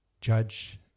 judge